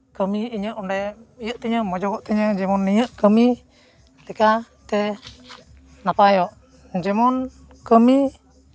ᱠᱟᱹᱢᱤ ᱤᱧᱟᱹᱜ ᱚᱸᱰᱮ ᱤᱭᱟᱹ ᱛᱤᱧᱟ ᱢᱚᱡᱚᱜᱚᱜ ᱛᱤᱧᱟ ᱡᱮᱢᱚᱱ ᱱᱤᱭᱟᱹᱜ ᱠᱟᱹᱢᱤ ᱪᱤᱠᱟ ᱛᱮ ᱱᱟᱯᱟᱭᱚᱜ ᱡᱮᱢᱚᱱ ᱠᱟᱹᱢᱤ